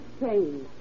strange